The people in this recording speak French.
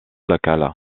locales